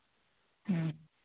ᱦᱩᱸ